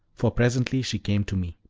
for presently she came to me.